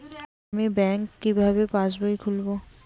আমি ব্যাঙ্ক কিভাবে পাশবই খুলব?